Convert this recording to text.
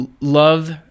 love